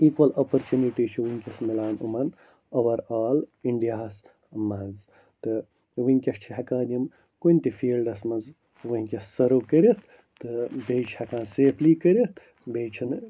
equal opportunity چھِ وُنکٮ۪س مِلان یِمن اُورآل اِنڈِیا ہس منٛز تہٕ وُنکٮ۪س چھِ ہٮ۪کان یِم کُنہ تہِ فیلڈس منٛز وُنکٮ۪س سٔرو کٔرِتھ تہٕ بیٚیہِ چھِ ہٮ۪کان صیفلی کٔرِتھ بیٚیہِ چھُنہٕ